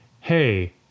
hey